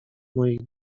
moich